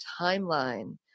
timeline